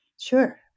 Sure